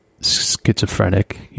schizophrenic